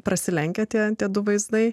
prasilenkiate antenų vaizdai